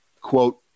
quote